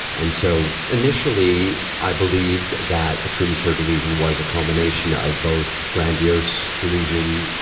and so initially i believed that the truman show delusion was a combination of both grandiose delusion,